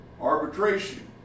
arbitration